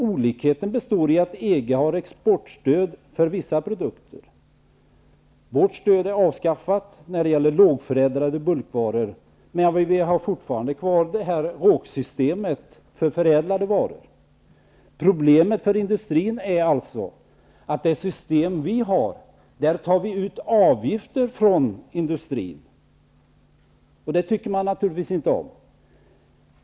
Olikheten består i att EG har exportstöd för vissa produkter, medan vi har avskaffat stödet för lågförädlade bulkvaror. Däremot har vi fortfarande kvar systemet för förädlade varor. Problemet för industrin är att man i vårt system tar ut avgifter från industrin. Det tycker man naturligtvis inte om.